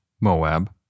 Moab